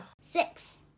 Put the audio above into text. Six